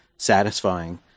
satisfying